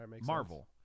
Marvel